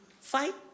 fight